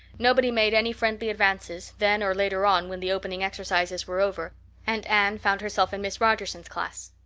nobody made any friendly advances, then or later on when the opening exercises were over and anne found herself in miss rogerson's class.